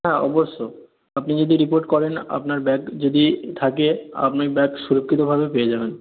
হ্যাঁ অবশ্য আপনি যদি রিপোর্ট করেন আপনার ব্যাগ যদি থাকে আপনি ব্যাগ সুরক্ষিতভাবে পেয়ে যাবেন